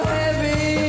heavy